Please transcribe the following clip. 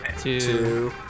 two